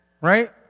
right